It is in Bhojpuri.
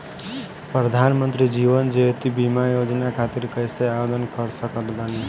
प्रधानमंत्री जीवन ज्योति बीमा योजना खातिर कैसे आवेदन कर सकत बानी?